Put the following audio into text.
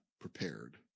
prepared